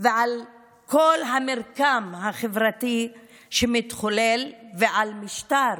ועל כל המרקם החברתי שמתחולל ועל משטר